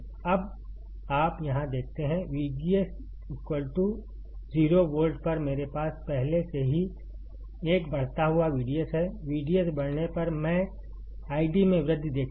अब आप यहाँ देखते हैं VGS 0 वोल्ट पर मेरे पास पहले से ही एक बढ़ता हुआ VDS है VDS बढ़ने पर मैं ID में वृद्धि देखूँगा